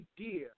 idea